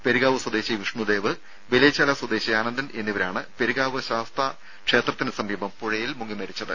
പെരുകാവ് സ്വദേശി വിഷ്ണുദേവ് വലിയശാല സ്വദേശി അനന്തൻ എന്നിവരാണ് പെരുകാവ് ശാസ്താ ക്ഷേത്രത്തിന് സമീപം പുഴയിൽ മുങ്ങി മരിച്ചത്